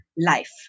life